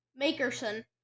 Makerson